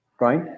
right